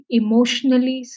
emotionally